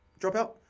dropout